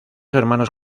hermanos